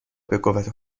بقوت